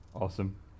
Awesome